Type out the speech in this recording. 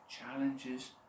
challenges